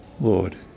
Lord